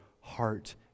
heart